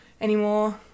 anymore